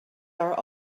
are